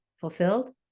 fulfilled